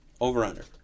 Over/under